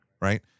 Right